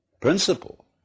principle